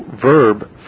verb